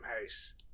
house